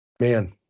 man